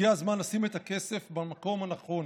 הגיע הזמן לשים את הכסף במקום הנכון: